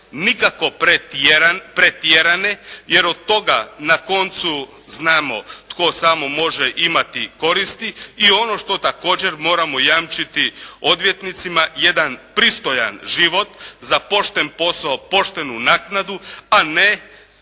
nikako pretjerane jer od toga na koncu znamo tko samo može imati koristi i ono što također moramo jamčiti odvjetnicima, jedan pristojan život za pošten posao, poštenu naknadu a ne